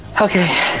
Okay